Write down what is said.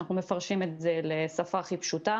אנחנו מפרשים את זה לשפה הכי פשוטה